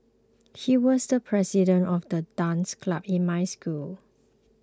he was the president of the dance club in my school